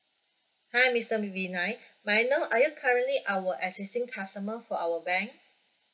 hi mister mivinine may I know are you currently our existing customer for our bank